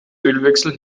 ölwechsel